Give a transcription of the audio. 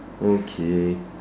okay